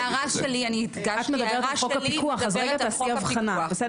ההערה שלי מדברת על חוק הפיקוח.